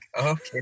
okay